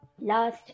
last